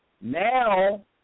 now